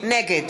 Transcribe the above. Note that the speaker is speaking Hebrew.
נגד